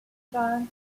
gun